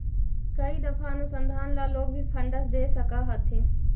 कई दफा अनुसंधान ला लोग भी फंडस दे सकअ हथीन